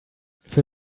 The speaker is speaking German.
für